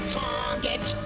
target